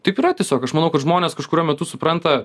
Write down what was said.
taip yra tiesiog aš manau kad žmonės kažkuriuo metu supranta